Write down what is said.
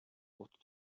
бут